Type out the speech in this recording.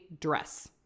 dress